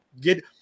get